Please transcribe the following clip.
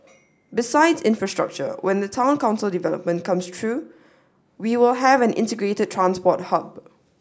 besides infrastructure when the Town Council development comes through we will have an integrated transport hub